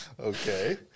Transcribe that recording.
Okay